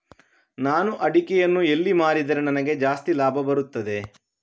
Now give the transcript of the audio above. ನಾನು ಅಡಿಕೆಯನ್ನು ಎಲ್ಲಿ ಮಾರಿದರೆ ನನಗೆ ಜಾಸ್ತಿ ಲಾಭ ಬರುತ್ತದೆ?